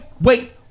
wait